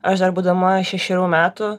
aš dar būdama šešerių metų